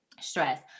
stress